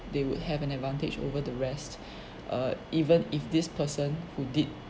they would have an advantage over the rest err even if this person who did